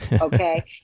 okay